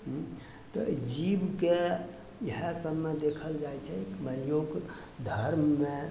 हूँ तऽ अइ जीवके ईएह सबमे देखल जाइ छै मानि लियौ धर्ममे